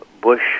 Bush